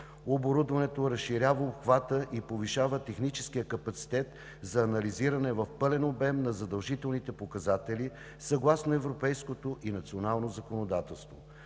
Оборудването разширява обхвата и повишава техническия капацитет за анализиране в пълен обем на задължителните показатели съгласно европейското и национално законодателство.